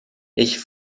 ich